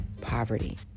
poverty